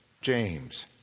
James